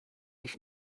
ich